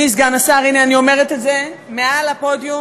הנה אני אומרת את זה מעל הפודיום.